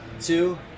two